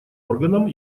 органам